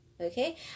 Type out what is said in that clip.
okay